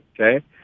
Okay